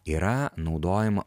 yra naudojama